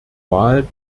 wahl